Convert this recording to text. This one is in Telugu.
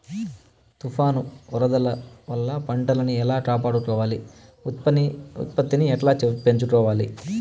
తుఫాను, వరదల వల్ల పంటలని ఎలా కాపాడుకోవాలి, ఉత్పత్తిని ఎట్లా పెంచుకోవాల?